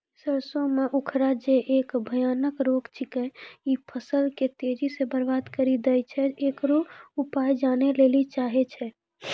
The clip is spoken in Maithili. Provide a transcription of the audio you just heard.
सरसों मे उखरा जे एक भयानक रोग छिकै, इ फसल के तेजी से बर्बाद करि दैय छैय, इकरो उपाय जाने लेली चाहेय छैय?